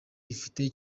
ifite